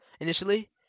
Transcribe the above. initially